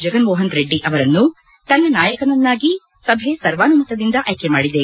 ಜಗನ್ ಮೋಹನ್ ರೆಡ್ಡಿ ಅವರನ್ನು ತನ್ನ ನಾಯಕನನ್ನಾಗಿ ಸಭೆ ಸರ್ವಾನುಮತದಿಂದ ಆಯ್ಲೆ ಮಾಡಿದೆ